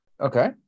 Okay